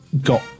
Got